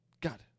God